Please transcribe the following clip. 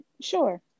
Sure